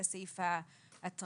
זה סעיף ההתראות.